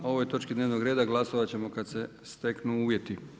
O ovoj točki dnevnog reda glasovat ćemo kad se steknu uvjeti.